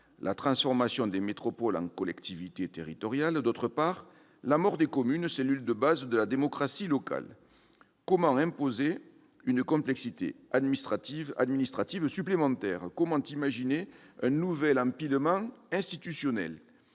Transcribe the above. la transformation des métropoles en collectivités territoriales ; d'autre part, la mort des communes, cellules de base de la démocratie locale. Comment imposer une complexité administrative supplémentaire ? Comment imaginer un nouvel empilement institutionnel ?